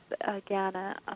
again